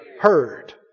Heard